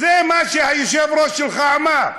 זה מה שהיושב-ראש שלך אמר.